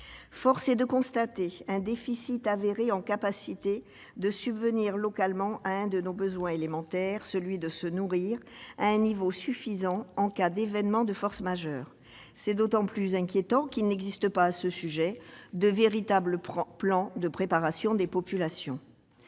Force est de constater un déficit avéré s'agissant de notre capacité à subvenir localement à l'un de nos besoins élémentaires, celui de se nourrir à un niveau suffisant en cas d'événement majeur. Cette situation est d'autant plus inquiétante qu'il n'existe pas, à ce sujet, de véritable plan de préparation des populations.